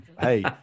Hey